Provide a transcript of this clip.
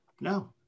No